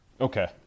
Okay